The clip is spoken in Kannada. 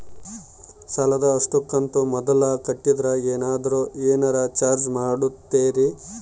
ಸಾಲದ ಅಷ್ಟು ಕಂತು ಮೊದಲ ಕಟ್ಟಿದ್ರ ಏನಾದರೂ ಏನರ ಚಾರ್ಜ್ ಮಾಡುತ್ತೇರಿ?